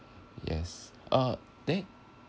yes uh then